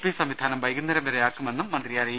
P സംവിധാനം വൈകുന്നേരം വരെയാക്കുമെന്നും മന്ത്രി പറഞ്ഞു